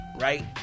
right